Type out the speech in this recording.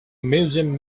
museum